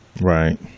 Right